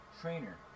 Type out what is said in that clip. Trainer